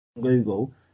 Google